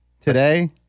Today